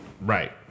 Right